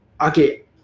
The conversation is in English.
okay